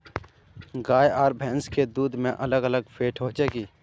गाय आर भैंस के दूध में अलग अलग फेट होचे की?